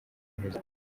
muhezo